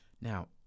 Now